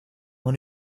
man